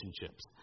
relationships